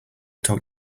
talk